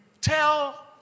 tell